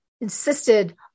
insisted